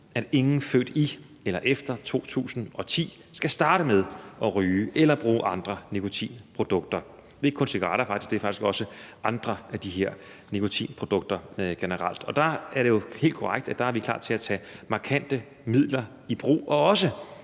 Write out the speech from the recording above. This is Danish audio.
at ingen født i eller efter 2010 skal starte med at ryge eller bruge andre nikotinprodukter. Det er ikke kun cigaretter, det er faktisk også andre af de her nikotinprodukter generelt. Og der er det jo helt korrekt, at vi er klar til at tage markante midler i brug og også